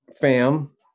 fam